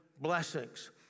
blessings